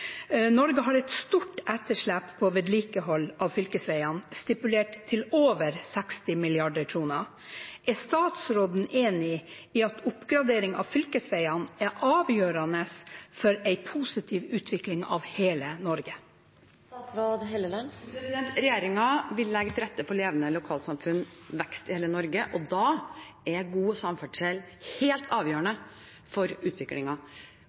Norge har et stort etterslep på vedlikehold av fylkesvegene, stipulert til over 60 mrd. kr. Er statsråden enig i at oppgradering av fylkesvegene er avgjørende for en positiv utvikling av hele Norge?» Regjeringen vil legge til rette for levende lokalsamfunn og vekst i hele Norge. Da er god samferdsel helt avgjørende for